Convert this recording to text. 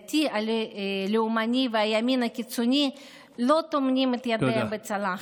גם הציבור הדתי הלאומני והימין הקיצוני לא טומנים את ידם בצלחת.